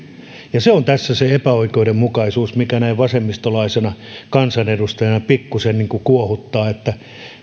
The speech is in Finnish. se on tässä se epäoikeudenmukaisuus mikä näin vasemmistolaisena kansanedustajana pikkuisen niin kuin kuohuttaa että